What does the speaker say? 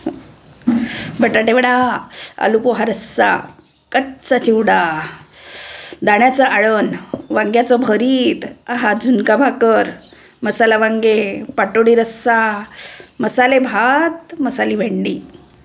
बटाटेवडा आलू पोहा रस्सा कच्चा चिवडा दाण्याचं आळण वांग्याचं भरीत अहा झुणका भाकर मसाला वांगे पाटोडी रस्सा मसाले भात मसाली भेंडी